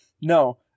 No